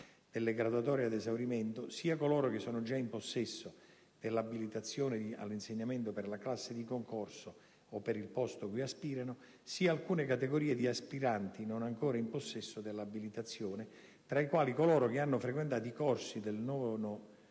delle graduatorie ad esaurimento sia coloro che sono già in possesso dell'abilitazione all'insegnamento per la classe di concorso o per il posto cui aspirano, sia alcune categorie di aspiranti non ancora in possesso dell'abilitazione, tra i quali coloro che hanno frequentato i corsi del IX